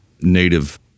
native